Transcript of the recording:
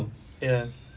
ya